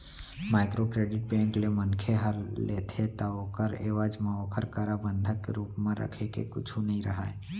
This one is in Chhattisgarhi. माइक्रो क्रेडिट बेंक ले मनखे ह लेथे ता ओखर एवज म ओखर करा बंधक के रुप म रखे के कुछु नइ राहय